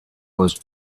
was